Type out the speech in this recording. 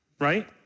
Right